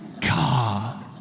God